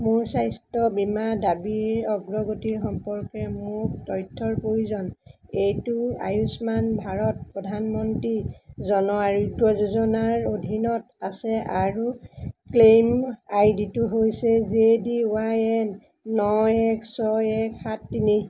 মোৰ স্বাস্থ্য বীমা দাবীৰ অগ্ৰগতিৰ সম্পৰ্কে মোক তথ্যৰ প্ৰয়োজন এইটো আয়ুষ্মান ভাৰত প্ৰধানমন্ত্ৰী জন আৰোগ্য যোজনাৰ অধীনত আছে আৰু ক্লেইম আই ডি টো হৈছে জে ডি ৱাই এন ন এক ছয় এক সাত তিনি